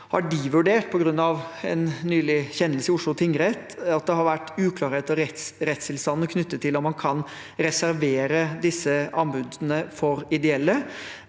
vurdert at det har vært uklarheter i rettstilstanden knyttet til om man kan reservere disse anbudene for ideelle.